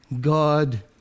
God